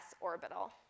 orbital